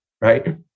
right